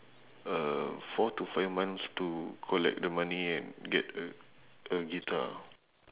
uh four to five months to collect the money and get a a guitar